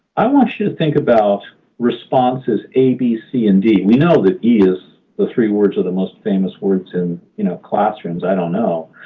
i want you to think about responses a, b, c, and d. we know that e is? those three words are the most famous words in you know classrooms, i don't know.